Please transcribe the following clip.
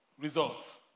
Results